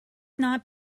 not